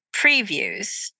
previews